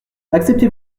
acceptez